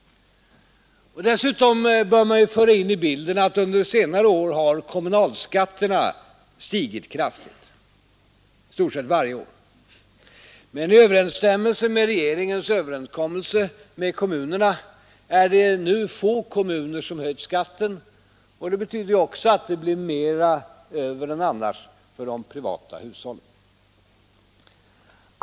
Dessutom bör man ju föra in i bilden att under senare år har kommunalskatterna stigit kraftigt i stort sett varje år. Men i överensstämmelse med regeringens överenskommelse med kommunerna är det nu få kommuner som höjt skatten, och det betyder också att det blir mera över än annars för de privata hushållen.